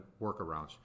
workarounds